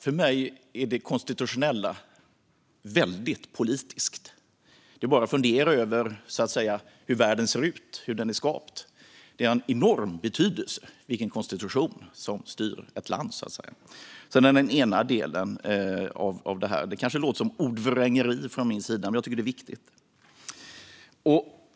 För mig är det konstitutionella väldigt politiskt. Det är bara att fundera över hur världen ser ut, hur den är skapt. Det har en enorm betydelse vilken konstitution som styr ett land. Det är den ena delen av det här. Det kanske låter som ordvrängeri från min sida, men jag tycker att det är viktigt.